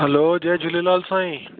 hello जय झूलेलाल साईं